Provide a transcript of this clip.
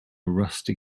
rusty